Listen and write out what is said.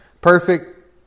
Perfect